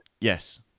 Yes